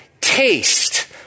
taste